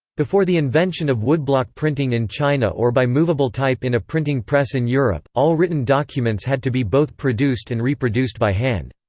before the invention of woodblock printing in china or by moveable type in a printing press in europe, all written documents had to be both produced and reproduced by hand.